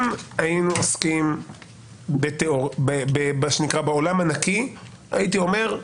אם היינו עוסקים בעולם הנקי הייתי אומר: